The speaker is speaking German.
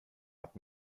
hat